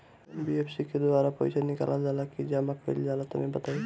NBFC के द्वारा पईसा निकालल जला की जमा कइल जला तनि बताई?